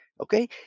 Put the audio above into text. Okay